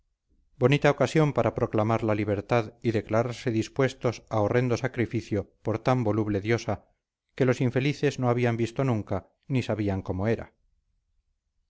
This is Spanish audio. bonita ocasión para proclamar la libertad y declararse dispuestos a horrendo sacrificio por tan voluble diosa que los infelices no habían visto nunca ni sabían cómo era